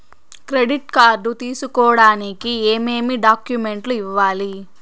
credit card తీసుకోడానికి ఏమేమి డాక్యుమెంట్లు ఇవ్వాలి